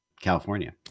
California